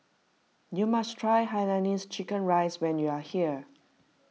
you must try Hainanese Chicken Rice when you are here